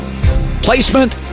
placement